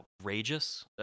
outrageous